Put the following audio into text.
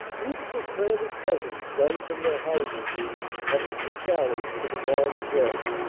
groups of frantic peasants run from their houses up steep alleys to the mons road.